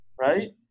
right